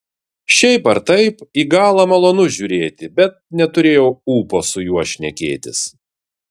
šiaip ar taip į galą malonu žiūrėti bet neturėjau ūpo su juo šnekėtis